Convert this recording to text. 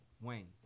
Wayne